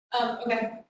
Okay